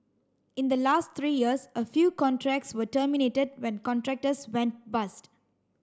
in the last three years a few contracts were terminated when contractors went bust